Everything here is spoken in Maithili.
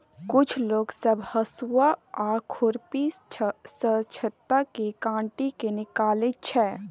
कुछ लोग सब हसुआ आ खुरपी सँ छत्ता केँ काटि केँ निकालै छै